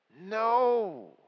No